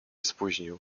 spóźnił